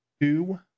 two